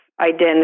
identity